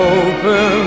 open